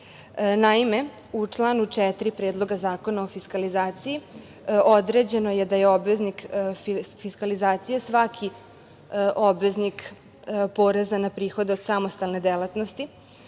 u članu 4. Predloga zakona o fiskalizaciji određeno je da je obveznik fiskalizacije svaki obveznik poreza na prihode od samostalne delatnosti,